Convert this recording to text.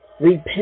repent